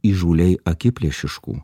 įžūliai akiplėšiškų